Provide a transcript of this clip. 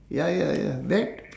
ya ya ya back